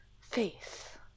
Faith